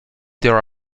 there